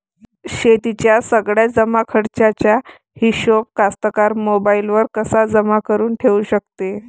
शेतीच्या सगळ्या जमाखर्चाचा हिशोब कास्तकार मोबाईलवर कसा जमा करुन ठेऊ शकते?